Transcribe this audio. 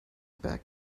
berg